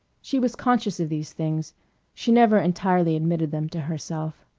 she was conscious of these things she never entirely admitted them to herself.